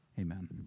Amen